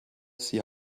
sie